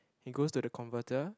it goes to the converter